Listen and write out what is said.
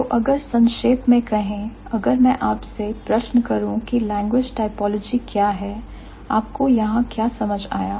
तो अगर संक्षेप में कहें अगर मैं आपसे प्रश्न करूं कि language typology क्या है आपको यहां क्या समझ आया